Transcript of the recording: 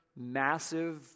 massive